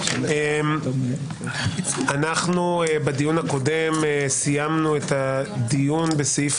את הדיון הקודם סיימנו בסעיף